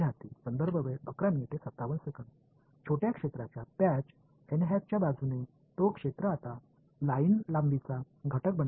மாணவர் ஒரு சிறிய பகுதி இணைப்பில் அந்த பகுதி இப்போது வரி நீள உறுப்பு ஆகிவிட்டது